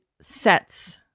sets